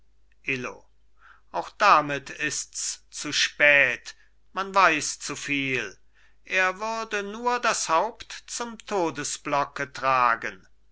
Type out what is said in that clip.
illo auch damit ists zu spät man weiß zu viel er würde nur das haupt zum todesblocke tragen